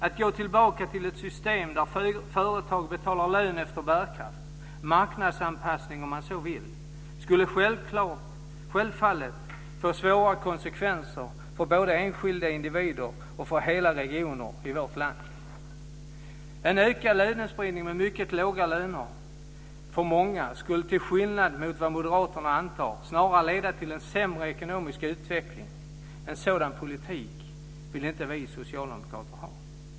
Att gå tillbaka till ett system där företag betalar lön efter bärkraft - marknadsanpassning om man så vill uttrycka det - skulle självfallet få svåra konsekvenser både för enskilda individer och för hela regioner i vårt land. En ökad lönespridning med mycket låga löner för många skulle till skillnad mot vad moderaterna antar snarare leda till en sämre ekonomisk utveckling. En sådan politik vill inte vi socialdemokrater ha.